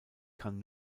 kann